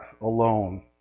alone